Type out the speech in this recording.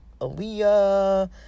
Aaliyah